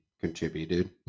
contributed